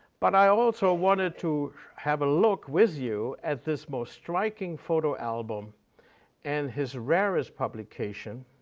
but i also wanted to have a look with you at this most striking photo album and his rarest publication,